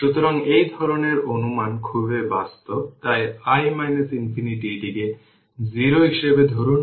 সুতরাং জেনে রাখুন যে i 1L t 0 থেকে t vt dt plus i t 0 এখানে দেওয়া হয়েছে যে L 5 মিলিহেনরি